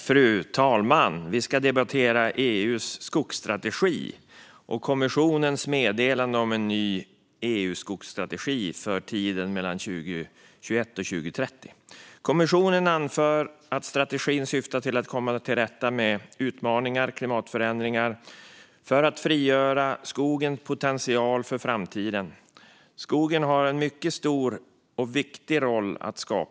Fru talman! Vi ska nu debattera EU:s skogsstrategi och kommissionens meddelande om en ny skogsstrategi för tiden mellan 2021 och 2030. Kommissionen anför att strategin syftar till att komma till rätta med utmaningar och klimatförändringar för att frigöra skogens potential för framtiden. Skogen har en mycket stor och viktig roll att spela.